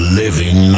living